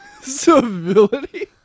Civility